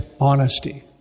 honesty